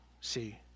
see